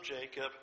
Jacob